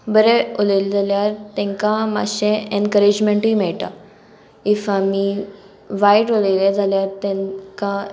बरें उलयलें जाल्यार तांकां मातशें एनकरेजमेंटूय मेळटा इफ आमी वायट उलयले जाल्यार तांकां